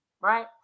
right